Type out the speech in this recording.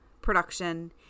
production